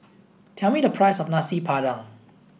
tell me the price of Nasi Padang